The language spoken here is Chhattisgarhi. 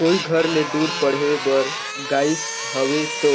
कोई घर ले दूर पढ़े बर गाईस हवे तो